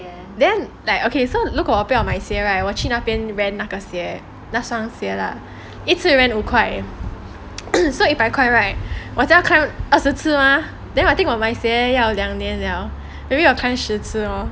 then like okay so 如果我不要买鞋 right 我去那边 rent 那个鞋那双鞋啦一次 rent 五块 eh so if I correct right 我只要 climb 二十次 mah then I think 我买鞋要两年了 maybe 我 climb 二十次 lor